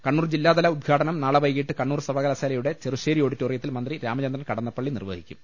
കണ്ണൂർ ജില്ലാതല ഉദ്ഘാ ടനം നാളെ വൈകീട്ട് കണ്ണൂർ സർവ്വകലാശാലയുടെ ചെറുശ്ശേരി ഓഡി റ്റോറിയത്തിൽ മന്ത്രി രാമചന്ദ്രൻ കടന്നപ്പള്ളി നിർവ്വഹിക്കും